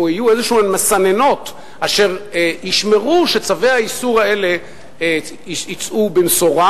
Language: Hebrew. או יהיו מסננות כלשהן אשר ישמרו שצווי האיסור האלה יצאו במשורה,